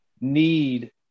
need